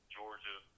Georgia